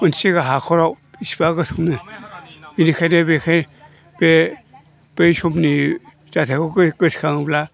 मोनसे हाखराव बिसिबा गोथौमोनो बेनिखायनो बेखाय बे बै समनि जाथायखौ गोसोखाङोब्ला